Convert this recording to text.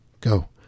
go